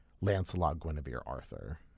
Lancelot-Guinevere-Arthur